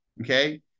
okay